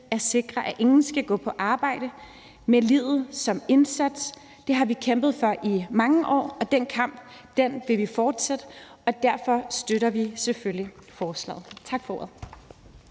at sikre, at ingen skal gå på arbejde med livet som indsats. Det har vi kæmpet for i mange år. Den kamp vil vi fortsætte, og derfor støtter vi selvfølgelig forslaget. Tak for ordet.